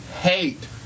hate